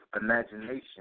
imagination